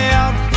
out